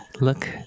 Look